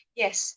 yes